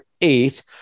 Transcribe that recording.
eight